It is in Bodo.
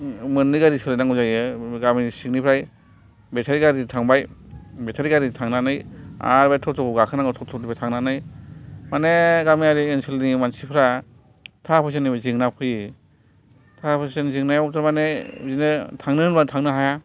मोननै गारि सोलायनांगौ जायो गामि सिंनिफ्राय बेतारि गारिजों थांबाय बेतारि गारिजों थांनानै आर बे टट' आव गाखोनांगौ टट'निफ्राय थांनानै माने गामियारि ओनसोलनि मानसिफ्रा थाखा फैसानिबो जेंना फैयो थाखा फैसानि जेंनायाव थारमाने बिदिनो थांनो होनबानो थांनो हाया